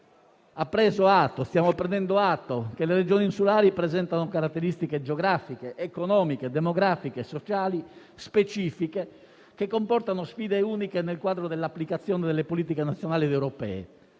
stiamo prendendo atto che le Regioni insulari presentano caratteristiche geografiche, economiche, demografiche e sociali specifiche che comportano sfide uniche nel quadro dell'applicazione delle politiche nazionali ed europee.